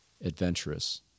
adventurous